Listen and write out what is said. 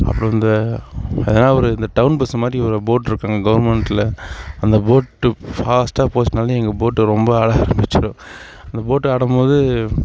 அப்புறம் இந்த எதனால் ஒரு இந்த டவுன் பஸ்ஸு மாதிரி ஒரு போட் இருக்கும் கவுர்ன்மெண்ட்ல அந்த போட்டு ஃபாஸ்ட்டாக போச்சுன்னாலே எங்கள் போட்டு ரொம்ப ஆட ஆரம்பிச்சிடும் அந்த போட்டு ஆடும்மோது